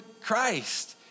christ